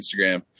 Instagram